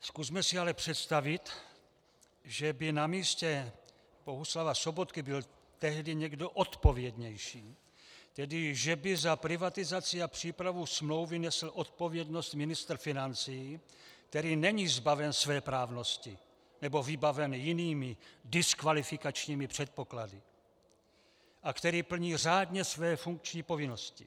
Zkusme si ale představit, že by na místě Bohuslava Sobotky byl tehdy někdo odpovědnější, tedy že by za privatizaci a přípravu smlouvy nesl odpovědnost ministr financí, který není zbaven svéprávnosti nebo vybavený jinými diskvalifikačními předpoklady a který plní řádně své funkční povinnosti.